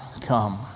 come